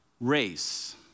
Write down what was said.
race